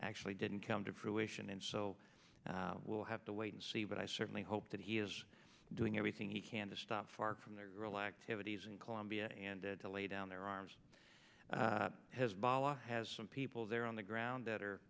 actually didn't come to fruition and so we'll have to wait and see but i certainly hope that he is doing everything he can to stop far from their real activities in colombia and to lay down their arms hezbollah has some people there on the ground that are